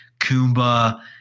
Kumba